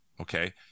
okay